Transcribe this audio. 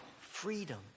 freedom